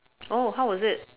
oh how was it